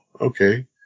Okay